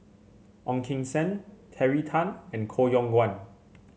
Ong Keng Sen Terry Tan and Koh Yong Guan